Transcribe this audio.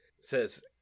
says